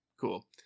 Cool